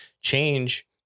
change